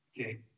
Okay